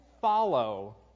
follow